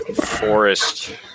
forest